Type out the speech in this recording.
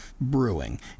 brewing